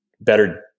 better